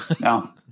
no